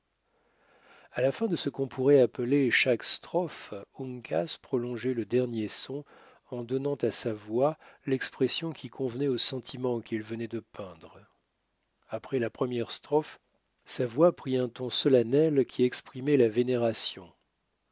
à la fin de ce qu'on pourrait appeler chaque strophe uncas prolongeait le dernier son en donnant à sa voix l'expression qui convenait au sentiment qu'il venait de peindre après la première strophe sa voix prit un ton solennel qui exprimait la vénération